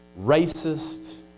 racist